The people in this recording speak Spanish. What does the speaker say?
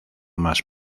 más